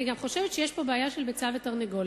אני גם חושבת שיש כאן בעיה של ביצה ותרנגולת,